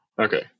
Okay